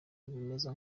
bameze